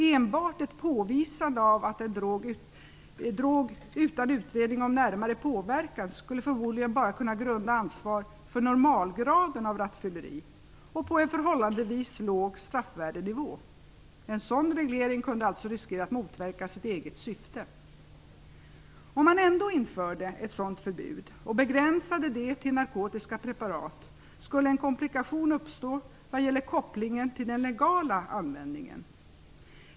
Enbart ett påvisande av en drog utan utredning om närmare påverkan skulle förmodligen bara grunda ansvar för normalgraden av rattfylleri och på en förhållandevis låg straffvärdenivå. En sådan reglering kunde alltså riskera att motverka sitt eget syfte. Om man ändå införde ett sådant förbud och begränsade det till narkotiska preparat skulle en komplikation uppstå vad gäller kopplingen till den legala användningen.